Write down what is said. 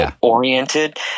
oriented